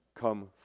come